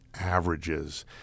averages